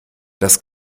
das